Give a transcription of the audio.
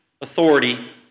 authority